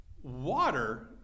Water